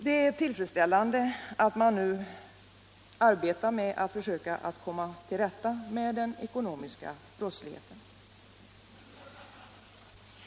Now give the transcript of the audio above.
Det är tillfredsställande att man nu arbetar med att försöka komma till rätta med den ekonomiska brottsligheten.